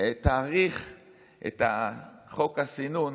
תאריך את "חוק הסינון"